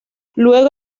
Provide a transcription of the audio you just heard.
luego